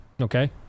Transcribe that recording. okay